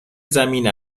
زمین